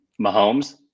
Mahomes